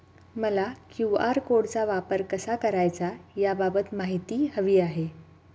मला क्यू.आर कोडचा वापर कसा करायचा याबाबत माहिती हवी आहे